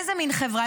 איזו מין חברה?